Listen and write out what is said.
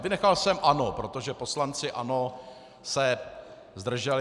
Vynechal jsem ANO, protože poslanci ANO se zdrželi.